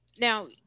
now